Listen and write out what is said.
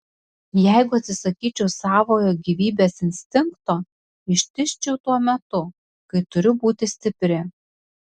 jeigu atsisakyčiau savojo gyvybės instinkto ištižčiau tuo metu kai turiu būti stipri